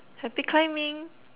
happy climbing